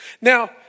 Now